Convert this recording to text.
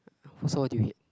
so what do you hate